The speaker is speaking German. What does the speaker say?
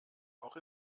auch